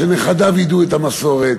שנכדיו ידעו את המסורת,